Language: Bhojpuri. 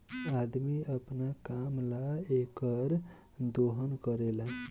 अदमी अपना काम ला एकर दोहन करेला